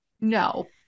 No